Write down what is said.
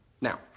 now